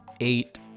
eight